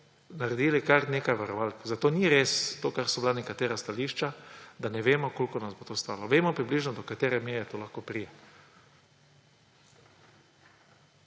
naredili kar nekaj varovalk. Zato ni res to, kar so bila nekatera stališča, da ne vemo, koliko nas bo to stalo. Vemo približno, do katere meje to lahko pride.